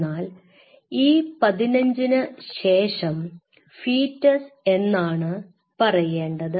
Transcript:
എന്നാൽ E 15ന് ശേഷം ഫീറ്റസ് എന്നാണ് പറയേണ്ടത്